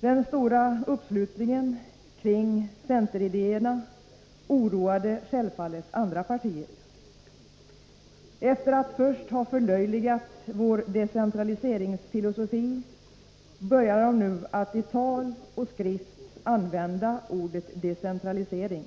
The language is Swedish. Den stora uppslutningen kring centeridéerna oroade självfallet andra partier. Efter att först ha förlöjligat vår decentraliseringsfilosofi började de nu att i tal och skrift använda ordet decentralisering.